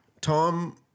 tom